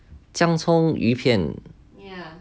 姜葱鱼片